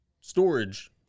storage